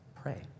Pray